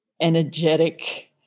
energetic